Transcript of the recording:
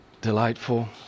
delightful